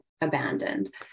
abandoned